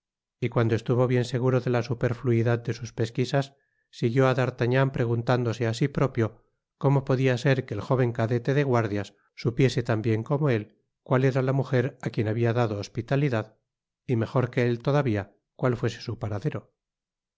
y cuando estuvo bien seguro de la superfluidad de sus pesquisas siguió á d'artagnan preguntándose á sí propio como podia ser que el jóven cadete de guardias supiese tan bien como él cual era la mujer á quien habia dado hospitalidad y mejor que él todavía cual fuese su paradero